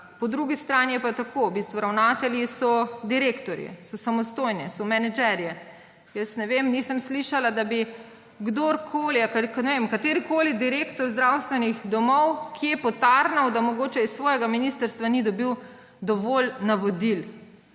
Po drugi strani je pa tako. V bistvu so ravnatelji direktorji, so samostojni, so menedžerji. Jaz ne vem, nisem slišala, da bi kdorkoli, katerikoli direktor zdravstvenih domov kje potarnal, da mogoče s svojega ministrstva ni dobil dovolj navodil.